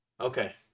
Okay